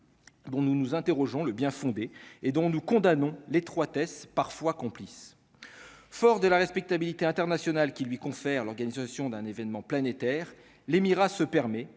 Bon, nous nous interrogeons le bien-fondé et dont nous condamnons l'étroitesse parfois complice, fort de la respectabilité internationale qui lui confère l'organisation d'un événement planétaire, l'émirat se permet,